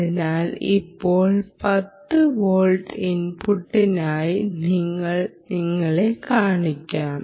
അതിനാൽ ഇപ്പോൾ 10 വോൾട്ട് ഇൻപുട്ടിനായി ഞങ്ങൾ നിങ്ങളെ കാണിക്കാം